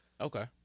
Okay